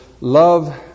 love